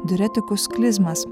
diuretikus klizmas